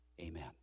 amen